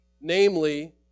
namely